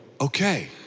okay